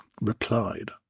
replied